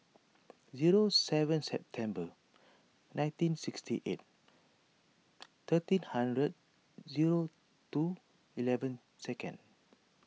zero seven September nineteen sixty eight thirteen hundred zero two eleven seconds